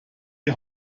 die